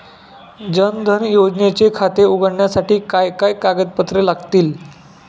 जनधन योजनेचे खाते उघडण्यासाठी काय काय कागदपत्रे लागतील?